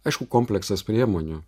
aišku kompleksas priemonių